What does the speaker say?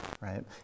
right